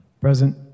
Present